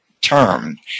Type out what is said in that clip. term